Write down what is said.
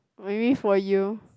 waiting for you